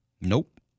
Nope